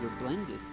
blended